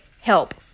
help